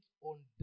on